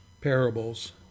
parables